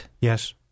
Yes